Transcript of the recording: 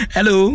Hello